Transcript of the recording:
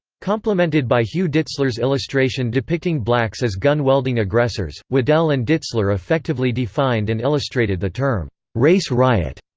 complemented by hugh ditzler's illustration depicting blacks as gun-welding aggressors, waddell and ditzler effectively defined and illustrated the term race riot,